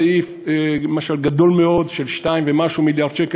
סעיף גדול של 2 ומשהו מיליארד שקל,